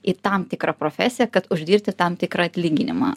į tam tikrą profesiją kad uždirbti tam tikrą atlyginimą